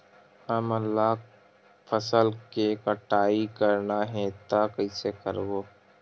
हमन ला फसल के कटाई करना हे त कइसे करबो?